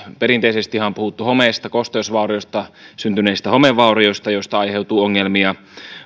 perinteisestihän on puhuttu homeesta kosteusvaurioista syntyneistä homevaurioista joista aiheutuu ongelmia